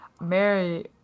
Mary